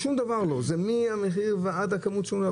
מהמחיר ועד לכמות.